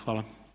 Hvala.